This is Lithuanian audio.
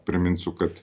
priminsiu kad